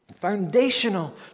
foundational